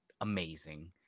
amazing